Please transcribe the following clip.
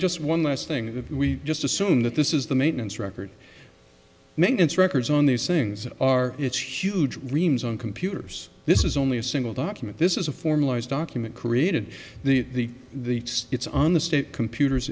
just one last thing if we just assume that this is the maintenance record maintenance records on these things are it's huge reams on computers this is only a single document this is a formalized document created the the it's on the state computers